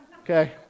okay